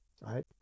right